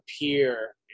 appear